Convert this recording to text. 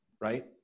right